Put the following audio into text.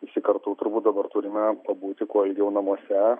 visi kartu turbūt dabar turime pabūti kuo ilgiau namuose